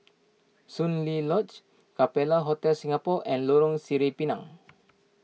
Soon Lee Lodge Capella Hotel Singapore and Lorong Sireh Pinang